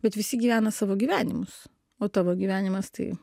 bet visi gyvena savo gyvenimus o tavo gyvenimas tai